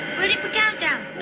ready for countdown.